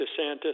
DeSantis